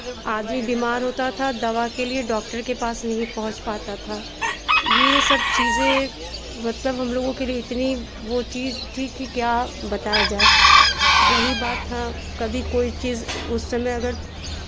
आदमी बीमार होता था दवा के लिए डॉक्टर के पास नहीं पहुंच पाता था ये सब चीज़ें मतलब हम लोगों के लिए इतनी वो चीज़ थी कि क्या बताया जाए रही बात हाँ कभी कोई चीज़ उस समय अगर